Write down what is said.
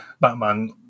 Batman